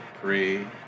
three